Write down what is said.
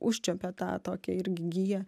užčiuopė tą tokią irgi giją